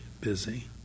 busy